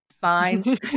find